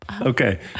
Okay